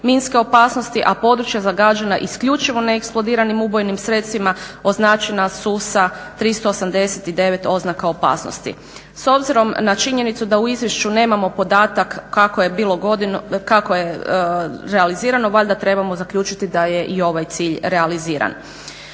a područja zagađena isključivo neeksplodiranim ubojnim sredstvima označena su sa 389 oznaka opasnosti. S obzirom na činjenicu da u izvješću nemamo podatak kako je realizirano valjda trebamo zaključiti da je i ovaj cilj realiziran.